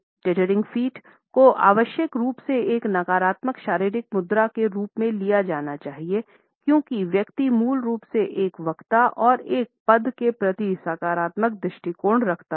टेटेरिंग feet को आवश्यक रूप से एक नकारात्मक शरीरीक मुद्रा के रूप में नहीं लिया जाना चाहिए क्योंकि व्यक्ति मूल रूप से एक वक्ता और एक पद के प्रति सकारात्मक दृष्टिकोण रखता है